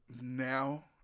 now